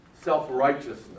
self-righteousness